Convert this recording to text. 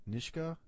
Nishka